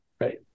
right